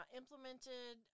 implemented